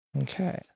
Okay